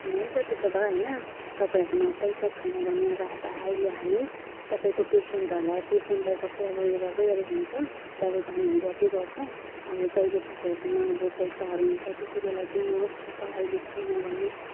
हुन्छ त्यसो भए होइन तपाईँहरूकोमा पैसा छैन भने अब अब अहिले हामी तपाईँको पेसेन्टहरूलाई पेसेन्टलाई सबै उयो गर्दै गरेको हुन्छ दबै पानीहरू गर्दै गर्छौँ अब जहिले तपाईँहरूकोमा अब पैसाहरू हुन्छ त्यतिबेला दिनुहोस् अब अहिले छैन भने